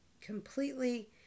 completely